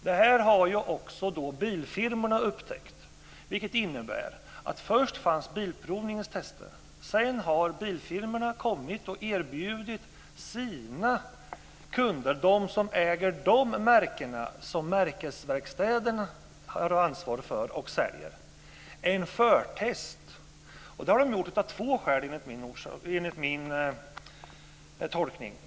Detta har också bilfirmorna upptäckt, vilket innebär följande: Först fanns Bilprovningens tester, och sedan har bilfirmorna kommit och erbjudit sina kunder - de som äger de märken som märkesverkstäderna har ansvar för och säljer - en förtest. Enligt min tolkning har de gjort detta av två skäl.